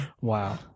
Wow